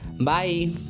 Bye